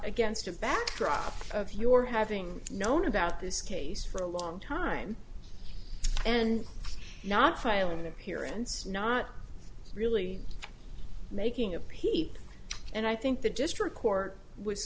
against a backdrop of your having known about this case for a long time and not filing an appearance not really making a pete and i think the district court was